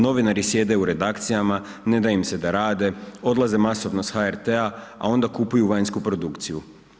Novinari sjede u redakcijama, ne da im se da rade, odlaze masovno s HRT-a, a onda kupuju vanjsku produkciju.